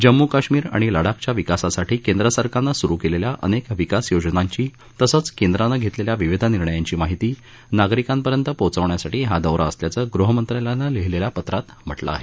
जम्मू काश्मीर आणि लडाखच्या विकासासाठी केंद्र सरकारनं सुरु केलेल्या अनेक विकासयोजनांची तसंच केंद्रानं घेतलेल्या विविध निर्णयांची माहिती नागरिकांपर्यत पोचवण्यासाठी हा दौरा असल्याचं गृहमंत्रालयानं लिहिलेल्या पत्रात म्हटलं आहे